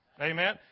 Amen